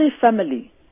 family